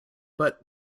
but